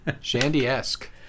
Shandy-esque